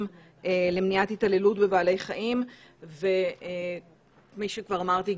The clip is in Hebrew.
למניעת התעללות בבעלי חיים וכפי שכבר אמרתי,